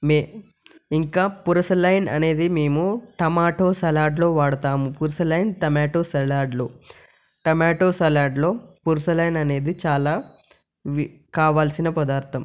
మీ ఇంకా పార్స్లీన్ అనేది మేము టమాటో సలాడ్లో వాడుతాము పార్స్లీన్ టమాటో సలాడ్లలో టమాటో సలాడ్లో పార్స్లీన్ అనేది చాలా కావాల్సిన పదార్థం